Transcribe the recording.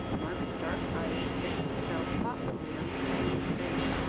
margaret's dark eyes fixed themselves thoughtfully on christina's face.